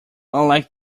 unlike